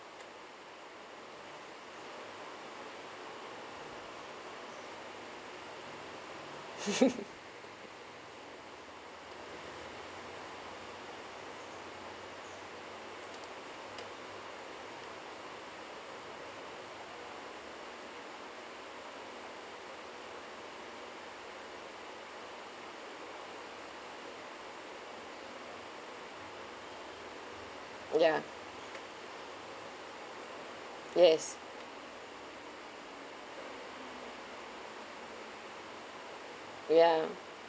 ya yes ya